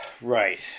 Right